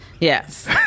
Yes